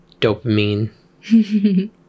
dopamine